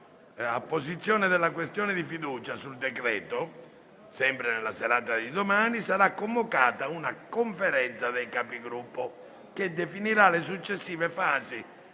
la posizione della questione di fiducia sul decreto, nella serata di domani sarà convocata una Conferenza dei Capigruppo che definirà le successive fasi